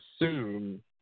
assume